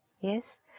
Yes